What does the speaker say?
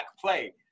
play